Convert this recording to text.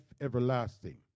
everlasting